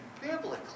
biblically